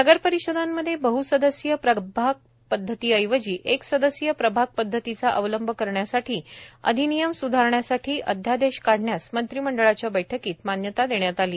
नगरपरिषदांमध्ये बहसदस्यीय प्रभाग पदधतीऐवजी एकसदस्यीय प्रभाग पदधतीचा अवलंब करण्यासाठी अधिनियम स्धारण्यासाठी अध्यादेश काढण्यास मंत्रिमंडळाच्या बैठकीत मान्यता देण्यात आली